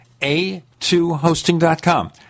a2hosting.com